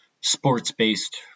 sports-based